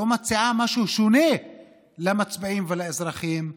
לא מציעה משהו שונה למצביעים ולאזרחים במדינה.